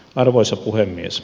arvoisa puhemies